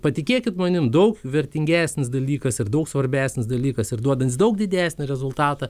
patikėkit manimi daug vertingesnis dalykas ir daug svarbesnis dalykas ir duodantis daug didesnį rezultatą